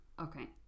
Okay